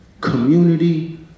community